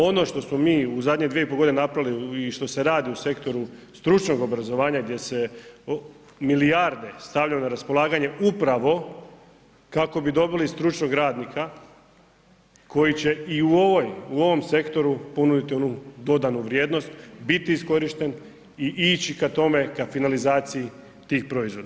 Ono što smo mi u zadnje 2,5 godine napravili i što se radi u sektoru stručnog obrazovanja gdje se milijarde stavljaju na raspolaganje upravo kako bi dobili stručnog radnika koji će i u ovoj, u ovom sektoru ponuditi onu dodanu vrijednost, biti iskorišten i ići ka tome, ka finalizaciji tih proizvoda.